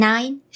Nine